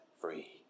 free